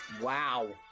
Wow